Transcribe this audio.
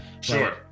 Sure